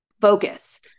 focus